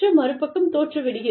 மறுபக்கம் தோற்றுவிடுகிறது